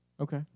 Okay